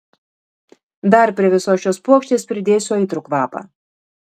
dar prie visos šios puokštės pridėsiu aitrų kvapą